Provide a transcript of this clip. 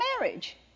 marriage